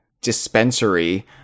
dispensary